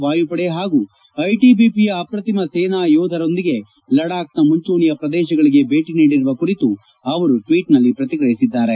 ವಾಯುಪಡೆ ಹಾಗೂ ಐಟಿಐಪಿಯ ಅಪ್ರತಿಮ ಸೇನಾ ಯೋಧರೊಂದಿಗೆ ಲಡಾಖ್ನ ಮುಂಚೂಣಿಯ ಪ್ರದೇಶಗಳಿಗೆ ಭೇಟಿ ನೀಡಿರುವ ಕುರಿತು ಅವರು ಟ್ವೀಟ್ನಲ್ಲಿ ಪ್ರತಿಕ್ರಿಯಿಸಿದ್ದಾರೆ